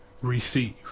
receive